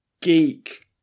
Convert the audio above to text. geek